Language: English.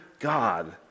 God